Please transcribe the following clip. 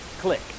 click